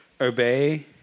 obey